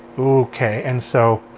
okay. and so